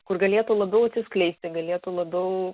kur galėtų labiau atsiskleisti galėtų labiau